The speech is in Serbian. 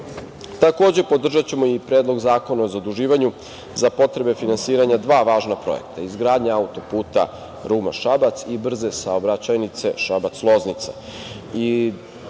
život. Podržaćemo i Predlog zakona o zaduživanju za potrebe finansiranja dva važna projekta - izgradnja auto-puta Ruma-Šabac i brze saobraćajnice Šabac-Loznica.